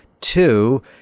Two